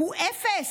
הוא אפס?